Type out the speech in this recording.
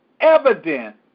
Evident